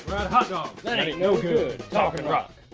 but no good. talking rock!